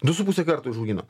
du su puse karto užaugino